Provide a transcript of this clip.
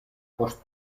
post